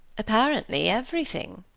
apparently everything.